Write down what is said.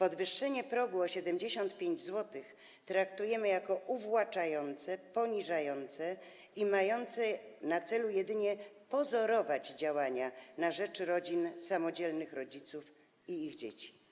Podwyższenie progu o 75 zł traktujemy jako uwłaczające, poniżające i mające na celu jedynie pozorowanie działań na rzecz rodzin samodzielnych rodziców i ich dzieci.